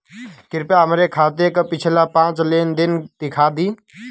कृपया हमरे खाता क पिछला पांच लेन देन दिखा दी